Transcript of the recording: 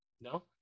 No